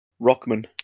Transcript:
Rockman